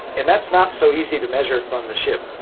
and that's not so easy to measure from the ship.